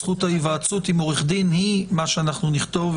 זכות ההיוועצות עם עורך דין היא מה שאנחנו נכתוב,